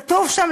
כתוב שם,